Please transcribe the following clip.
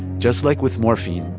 just like with morphine,